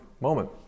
moment